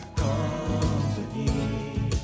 company